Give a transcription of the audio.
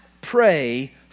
pray